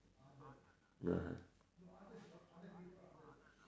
(uh huh)